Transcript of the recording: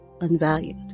unvalued